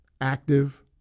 active